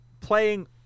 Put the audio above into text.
playing